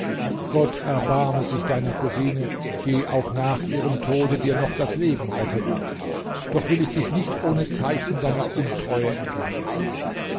gott erbarme sich deiner cousine die auch nach ihrem tode dir noch das leben rettet doch will ich dich nicht ohne zeichen deiner untreue entlassen